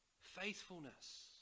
faithfulness